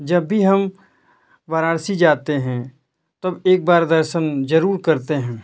जब भी हम वाराणसी जाते हैं तब एक बार दर्शन ज़रूर करते हैं